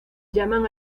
llaman